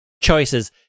choices